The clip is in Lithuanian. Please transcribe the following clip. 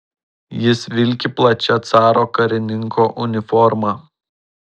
jis vilki plačia caro karininko uniforma